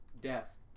Death